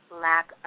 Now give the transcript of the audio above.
lack